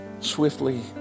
swiftly